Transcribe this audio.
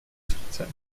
srdce